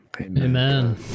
Amen